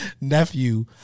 nephew